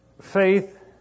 faith